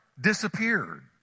disappeared